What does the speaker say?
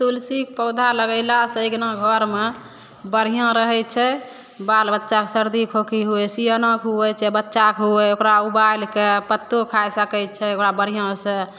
तुलसीके पौधा लगेलासँ अङ्गना घरमे बढ़िआँ रहय छै बाल बच्चा सर्दी खोखी हुवय सियानोके हुवै चाहे बच्चाके हुवै ओकरा उबालि कए पत्तो खाइ सकय छै ओकरा बढ़िआँसँ